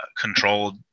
controlled